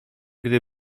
gdy